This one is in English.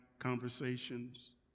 conversations